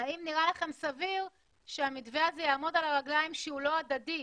האם נראה לכם סביר שהמתווה הזה יעמוד על הרגליים כשהוא לא הדדי.